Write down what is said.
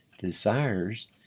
desires